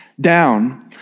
down